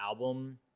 album